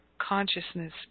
consciousness